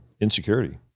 insecurity